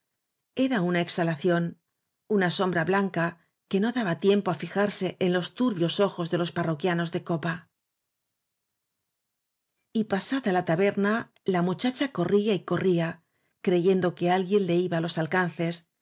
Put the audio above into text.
era una exhalación una sombra blanca que no daba tiempo á fijarse en los turbios ojos de los parroquianos de copa pasada la taberna la muchacha corría y corría creyendo que alguien le iba á los aleances